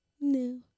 No